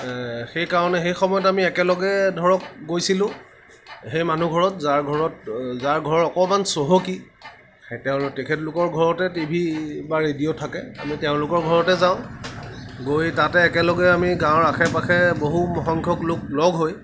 সেইকাৰণে সেইসময়ত আমি একেলগে ধৰক গৈছিলোঁ সেই মানুহঘৰত যাৰ ঘৰত যাৰ ঘৰৰ অকণমান চহকী সেই তেওঁৰ তেখেতলোকৰ ঘৰতে টিভি বা ৰেডিঅ' থাকে আমি তেওঁলোকৰ ঘৰতে যাওঁ গৈ তাতে একেলগে আমি গাঁৱৰ আশে পাশে বহুসংখ্যক লোক লগ হৈ